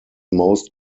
most